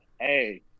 Hey